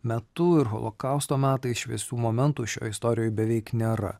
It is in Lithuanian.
metu ir holokausto metais šviesių momentų šioj istorijoj beveik nėra